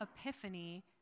epiphany